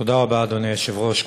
אדוני היושב-ראש,